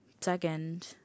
second